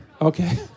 Okay